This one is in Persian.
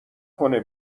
کنه